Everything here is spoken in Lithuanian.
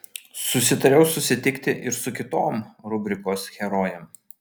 susitariau susitikti ir su kitom rubrikos herojėm